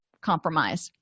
compromise